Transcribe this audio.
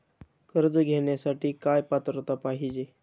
कर्ज घेण्यासाठी काय पात्रता पाहिजे?